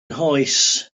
nghoes